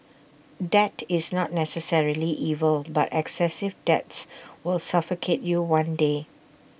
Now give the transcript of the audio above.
debt is not necessarily evil but excessive debts will suffocate you one day